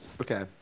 Okay